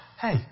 Hey